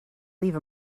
leave